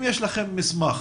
אם יש לכם מסמך